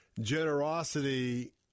Generosity